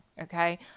okay